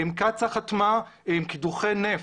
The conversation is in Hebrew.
קצא"א חתמה על קידוחי נפט,